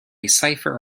cipher